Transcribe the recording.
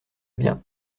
bien